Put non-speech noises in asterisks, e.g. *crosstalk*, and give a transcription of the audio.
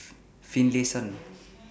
*noise* Finlayson